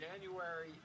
January